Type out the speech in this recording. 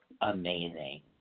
amazing